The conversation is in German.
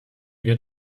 wir